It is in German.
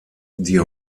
die